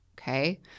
okay